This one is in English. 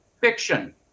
Fiction